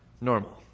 normal